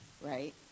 right